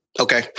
Okay